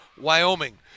Wyoming